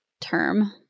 term